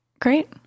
great